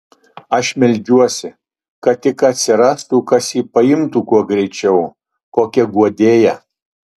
aš meldžiuosi kad tik atsirastų kas jį priimtų kuo greičiau kokia guodėja